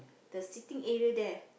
the sitting area there